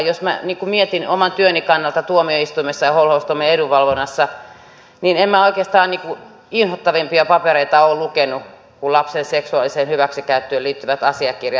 jos minä mietin oman työni kannalta tuomioistuimessa ja holhoustoimien edunvalvonnassa niin en minä oikeastaan inhottavampia papereita ole lukenut kuin lapsen seksuaaliseen hyväksikäyttöön liittyvät asiakirjat